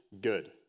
good